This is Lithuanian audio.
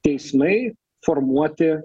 teismai formuoti